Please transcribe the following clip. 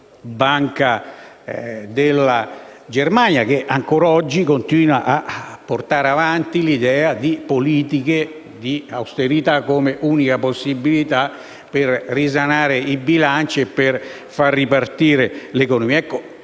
Banca centrale tedesca, che ancora oggi continua a portare avanti l'idea di politiche di austerità come unica possibilità per risanare il bilancio e far ripartire l'economia. Ecco,